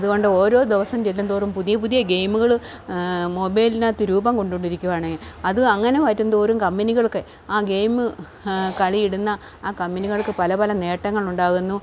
അതുകൊണ്ട് ഓരോ ദിവസം ചെല്ലും തോറും പുതിയ പുതിയ ഗെയിമുകൾ മൊബൈലിനകത്ത് രൂപം കൊണ്ടോണ്ടിരിക്കുവാണ് അത് അങ്ങനെ വരും തോറും കമ്പനികൾക്ക് ആ ഗെയിമ് കളി ഇടുന്ന ആ കമ്പനികൾക്ക് പല പല നേട്ടങ്ങളുണ്ടാകുന്നു